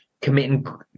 committing